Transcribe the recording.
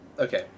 Okay